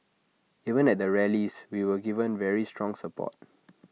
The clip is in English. even at the rallies we were given very strong support